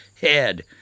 head